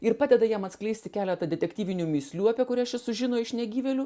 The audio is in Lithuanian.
ir padeda jam atskleisti keletą detektyvinių mįslių apie kurias šis sužino iš negyvėlių